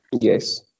Yes